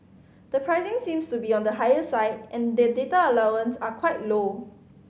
the pricing seems to be on the higher side and day data allowance are quite low